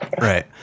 right